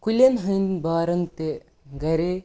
کُلین ۂندۍ بارن تہِ گرے